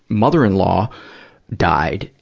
mother-in-law died,